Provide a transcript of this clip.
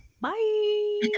Bye